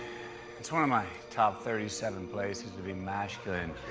it's one of my top thirty seven places to be masculine,